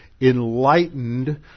enlightened